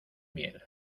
miel